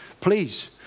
please